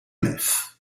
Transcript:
nefs